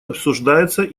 обсуждается